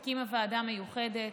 היא הקימה ועדה מיוחדת.